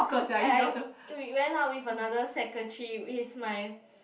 I I we went out with another secretary which is my